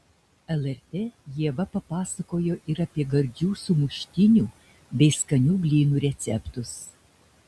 lrt ieva papasakojo ir apie gardžių sumuštinių bei skanių blynų receptus